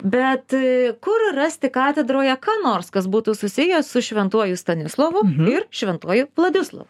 bet kur rasti katedroje ką nors kas būtų susiję su šventuoju stanislovu ir šventuoju vladislovu